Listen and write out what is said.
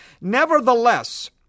Nevertheless